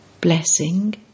Blessing